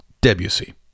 Debussy